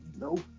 Nope